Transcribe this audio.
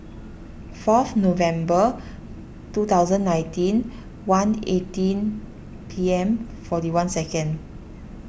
forth November two thousand and nineteen one eighteen P M forty one seconds